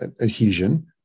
adhesion